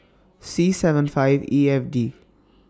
C seven five E F D